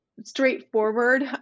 straightforward